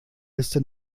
liste